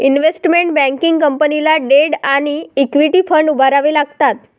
investment banking कंपनीला debt आणि equity fund उभारावे लागतात